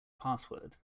password